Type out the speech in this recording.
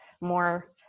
more